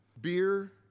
beer